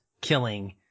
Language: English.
killing